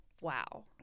Wow